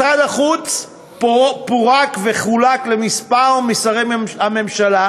משרד החוץ פורק וחולק לכמה משרי הממשלה